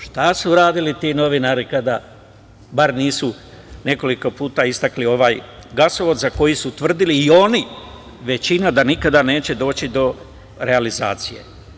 Šta su radili ti novinari kada bar nisu nekoliko puta istakli ovaj gasovod za koji su tvrdili i oni, većina, da nikada neće doći do realizacije.